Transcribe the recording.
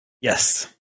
Yes